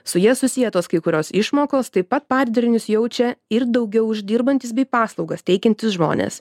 su ja susietos kai kurios išmokos taip pat padarinius jaučia ir daugiau uždirbantys bei paslaugas teikiantys žmonės